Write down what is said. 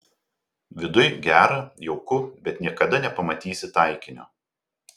viduj gera jauku bet niekada nepamatysi taikinio